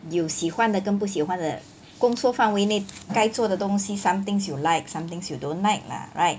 有喜欢的跟不喜欢的工作范围内该做的东西 some things you like some things you don't like lah right